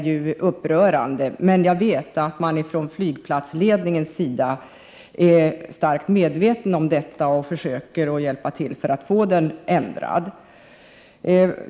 Jag vet dock att man från flygplatsledningens sida är starkt medveten om detta och försöker få placeringen ändrad.